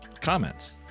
comments